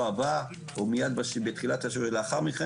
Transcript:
הבא או מיד בתחילת השבוע לאחר מכן,